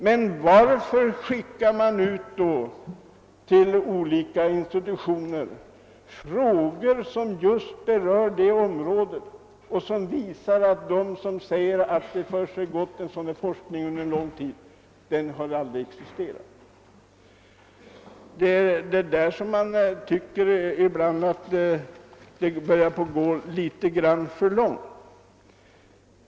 Men varför skickas det då ut frågor till olika institutioner som just berör detta område och som visar att den forskning, som påstås ha försiggått under lång tid, aldrig har existerat? I sådana sammanhang tycker man ibland att det börjar gå litet grand för långt.